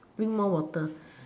drink more water